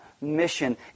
mission